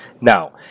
Now